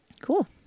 Cool